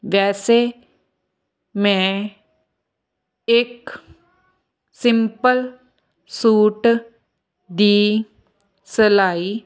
ਵੈਸੇ ਮੈਂ ਇਕ ਸਿੰਪਲ ਸੂਟ ਦੀ ਸਿਲਾਈ